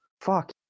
Fuck